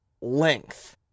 length